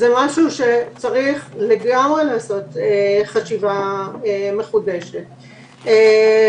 זה משהו שצריך לגמרי לעשות חשיבה מחודשת עליו.